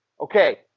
Okay